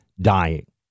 dying